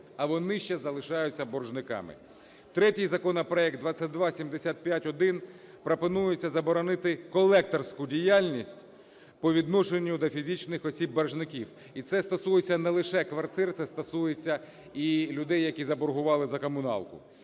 а вони ще залишаються боржниками. Третій законопроект 2275-1. Пропонується заборонити колекторську діяльність по відношенню до фізичних осіб - боржників. І це стосується не лише квартир, це стосується і людей, які заборгували за комуналку.